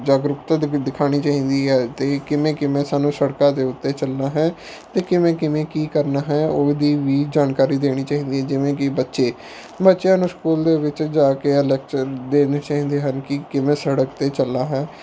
ਜਾਗਰੂਕਤਾ ਦੇ ਵੀ ਦਿਖਾਉਣੀ ਚਾਹੀਦੀ ਹੈ ਅਤੇ ਕਿਵੇਂ ਕਿਵੇਂ ਸਾਨੂੰ ਸੜਕਾਂ ਦੇ ਉੱਤੇ ਚੱਲਣਾ ਹੈ ਅਤੇ ਕਿਵੇਂ ਕਿਵੇਂ ਕੀ ਕਰਨਾ ਹੈ ਉਹਦੀ ਵੀ ਜਾਣਕਾਰੀ ਦੇਣੀ ਚਾਹੀਦੀ ਹੈ ਜਿਵੇਂ ਕਿ ਬੱਚੇ ਬੱਚਿਆਂ ਨੂੰ ਸਕੂਲ ਦੇ ਵਿੱਚ ਜਾ ਕੇ ਲੈਕਚਰ ਦੇਣੇ ਚਾਹੀਦੇ ਹਨ ਕਿ ਕਿਵੇਂ ਸੜਕ 'ਤੇ ਚੱਲਣਾ ਹੈ